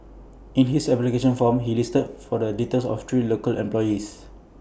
in his application form he listed for the details of three local employees